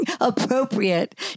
appropriate